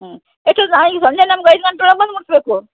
ಹ್ಞೂ ಎಷ್ಟೊತ್ತು ನಾ ಈಗ ಸಂಜೆ ನಮ್ಗೆ ಐದು ಗಂಟೆ ಒಳಗೆ ಬಂದು ಮುಟ್ಟಿಸ್ಬೇಕು